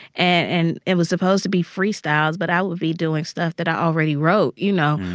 and it was supposed to be freestyles, but i would be doing stuff that i already wrote, you know,